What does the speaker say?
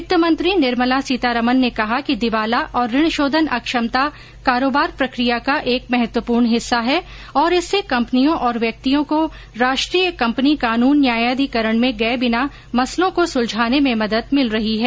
वित्तमंत्री निर्मला सीतारामन ने कहा कि दिवाला और ऋण शोधन अक्षमता कारोबार प्रक्रिया का एक महत्वपूर्ण हिस्सा है और इससे कंपनियों और व्यक्तियों को राष्ट्रीय कंपनी कानन न्यायाधिकरण में गए बिना मसलों को सुलझाने में मदद मिल रही है